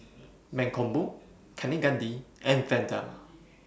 Mankombu Kaneganti and Vandana